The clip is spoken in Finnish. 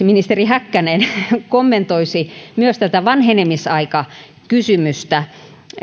ministeri häkkänen kommentoisi myös tätä vanhenemisaikakysymystä